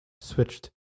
switched